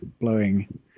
blowing